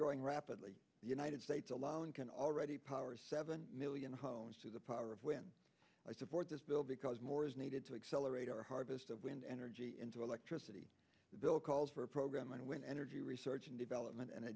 growing rapidly the united states alone can already power seven million homes to the power of when i support this bill because more is needed to accelerate our harvest of wind energy into electricity bill calls for a program on wind energy research and development and a